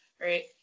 right